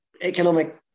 economic